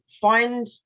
find